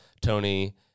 Tony